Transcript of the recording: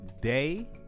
Day